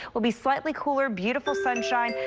we'll be slightly cooler, beautiful sunshine,